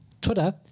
Twitter